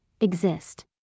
exist